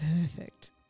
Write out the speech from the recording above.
Perfect